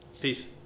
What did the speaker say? Peace